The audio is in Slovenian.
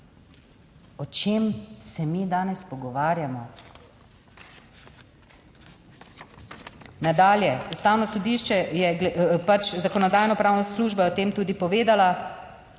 O čem se mi danes pogovarjamo? Nadalje, Ustavno sodišče je pač, Zakonodajno-pravna služba je o tem tudi povedala,